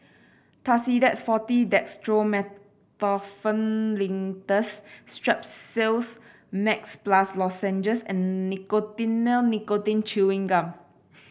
Tussidex Forte Dextromethorphan Linctus Strepsils Max Plus Lozenges and Nicotinell Nicotine Chewing Gum